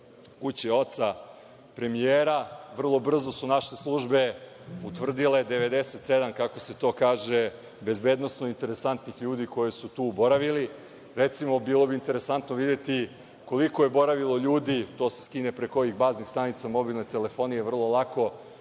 kuće oca premijera. Vrlo brzo su naše službe utvrdile 97, kako se to kaže, bezbednosno interesantnih ljudi koji su tu boravili. Recimo, bilo bi interesantno videti koliko je boravilo ljudi, to se skida preko ovih baznih stanica mobilne telefonije, vrlo lako,